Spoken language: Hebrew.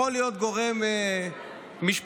יכול להיות גורם משפטי,